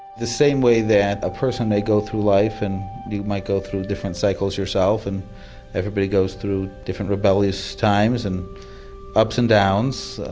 the same way that a person, they go through life and you might go through different cycles yourself and everybody goes through different rebellious times and ups and downs,